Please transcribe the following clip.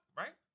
right